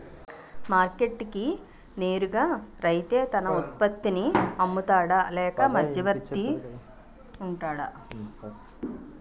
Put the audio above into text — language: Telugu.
మార్కెట్ కి నేరుగా రైతే తన ఉత్పత్తి నీ అమ్ముతాడ లేక మధ్యవర్తి వుంటాడా?